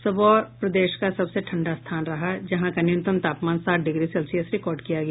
सबौर प्रदेश का सबसे ठंडा स्थान रहा जहां का न्यूनतम तापमान सात डिग्री सेल्सियस रिकॉर्ड किया गया